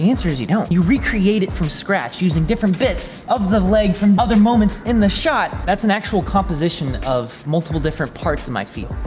the answer is you don't you recreate it from scratch using different bits of the leg from other moments in the shot that's an actual composition of multiple different parts of my field.